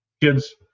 kids